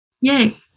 Yay